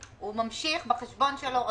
הוא ממשיך בחשבון שלו רגיל?